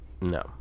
no